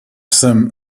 jsem